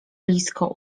blisko